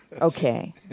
Okay